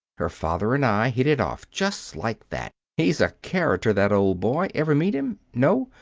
her father and i hit it off just like that. he's a character, that old boy. ever meet him? no?